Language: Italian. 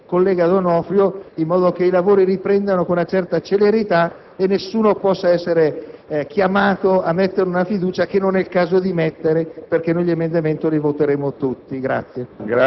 a presiedere per venire incontro anche alle richieste del collega D'Onofrio, in modo che i lavori riprendano con una certa celerità e che nessuno possa essere chiamato a porre una fiducia che non ha ragion d'essere